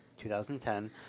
2010